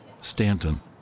Stanton